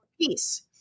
peace